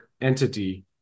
entity